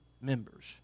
members